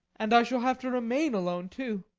and i shall have to remain alone, too.